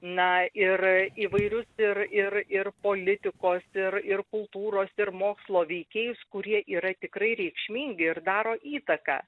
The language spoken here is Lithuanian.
na ir įvairius ir ir ir politikos ir ir kultūros ir mokslo veikėjus kurie yra tikrai reikšmingi ir daro įtaką